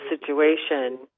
situation